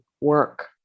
work